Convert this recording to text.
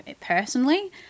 personally